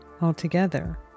altogether